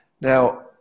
Now